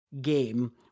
game